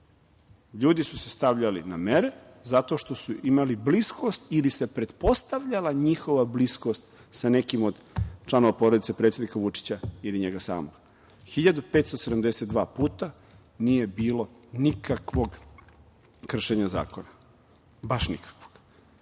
Ljudi su se stavljali na mere zato što su imali bliskost ili se pretpostavljala njihova bliskost sa nekim od članova porodice predsednika Vučića ili njega samog. Dakle, 1572 nije bilo nikakvog kršenja zakona, baš nikakvog.